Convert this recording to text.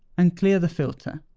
and clear the filter.